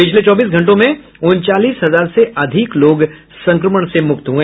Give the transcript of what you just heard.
पिछले चौबीस घंटों में उनचालीस हजार से अधिक लोग संक्रमण से मुक्त हुए